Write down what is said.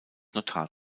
notar